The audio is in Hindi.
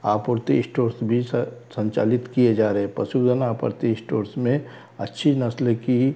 आपूर्ति स्टोर्स भी संचालित किए जा रहे हैं पशुधन आपूर्ति स्टोर्स में अच्छी नस्ल की